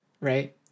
right